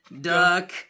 Duck